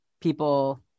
people